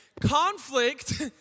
Conflict